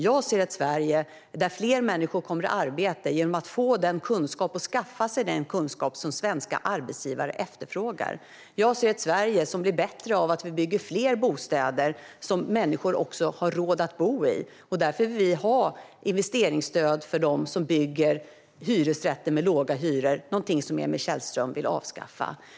Jag ser ett Sverige där fler människor kommer i arbete genom att få den kunskap och kunna skaffa sig den kunskap som svenska arbetsgivare efterfrågar. Jag ser ett Sverige som blir bättre av att vi bygger fler bostäder som människor har råd att bo i. Det är därför vill vi ha investeringsstöd - något som Emil Källström vill avskaffa - för dem som bygger hyresrätter med låga hyror.